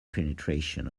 penetration